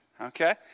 Okay